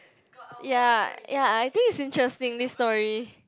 ya ya I think it's interesting this story